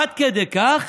עד כדי כך